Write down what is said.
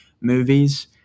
movies